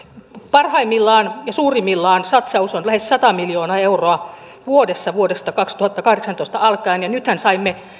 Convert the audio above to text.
parhaimmillaan ja suurimmillaan satsaus on lähes sata miljoonaa euroa vuodessa vuodesta kaksituhattakahdeksantoista alkaen ja nythän saimme